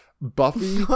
Buffy